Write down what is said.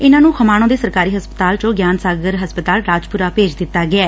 ਇਨ੍ਹਾਂ ਨੂੰ ਖਮਾਣੋ ਦੇ ਸਰਕਾਰੀ ਹਸਪਤਾਲ ਚੋ ਗਿਆਨ ਸਾਗਰ ਹਸਪਤਾਲ ਰਾਜਪੁਰਾ ਭੇਜ ਦਿੱਤਾ ਗਿਐ